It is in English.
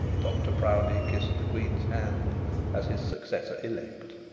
dr proudie kissed the queen's hand as his successor elect.